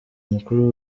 mukuru